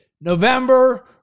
November